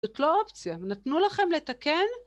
זאת לא אופציה, נתנו לכם לתקן.